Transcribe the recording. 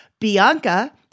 Bianca